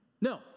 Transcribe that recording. No